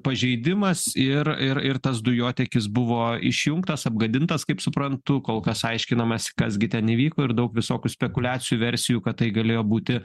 pažeidimas ir ir ir tas dujotiekis buvo išjungtas apgadintas kaip suprantu kol kas aiškinamasi kas gi ten įvyko ir daug visokių spekuliacijų versijų kad tai galėjo būti